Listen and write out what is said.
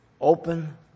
Open